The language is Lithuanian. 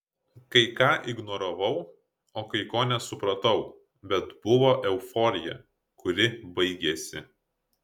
kai ką ignoravau o kai ko nesupratau bet buvo euforija kuri baigėsi